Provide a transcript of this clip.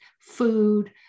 food